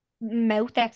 mouth